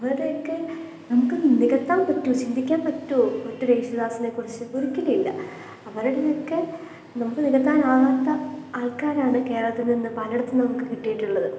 അവരെയൊക്കെ നമുക്ക് നമുക്ക് നികത്താൻ പറ്റുമോ ചിന്തിക്കാൻ പറ്റുമോ മറ്റൊരു യേശുദാസിനെക്കുറിച്ച് ഒരിക്കലുമില്ല അവരിൽനിന്നൊക്കെ നമുക്ക് നികത്താനാവാത്ത ആൾക്കാരാണ് കേരളത്തിൽ നിന്ന് പലയിടത്തുനിന്നും നമുക്ക് കിട്ടിയിട്ടുള്ളത്